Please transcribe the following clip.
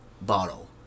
bottle